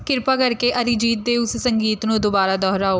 ਕਿਰਪਾ ਕਰਕੇ ਅਰੀਜੀਤ ਦੇ ਉਸ ਸੰਗੀਤ ਨੂੰ ਦੁਬਾਰਾ ਦੁਹਰਾਓ